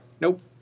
Nope